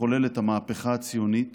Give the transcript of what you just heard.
שחולל את המהפכה הציונית